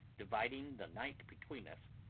dividing the night between us,